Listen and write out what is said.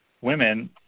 women